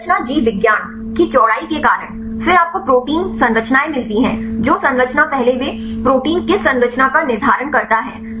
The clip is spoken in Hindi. संरचना जीव विज्ञान की चौड़ाई के कारण फिर आपको प्रोटीन संरचनाएं मिलती हैं जो संरचना पहले वे प्रोटीन किस संरचना का निर्धारण करता है